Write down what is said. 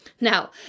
Now